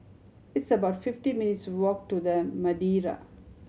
it's about fifty minutes' walk to The Madeira